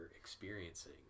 experiencing